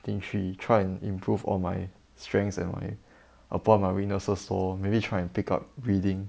进去 try and improve on my strengths and my upon my weaknesses lor maybe try and pick up reading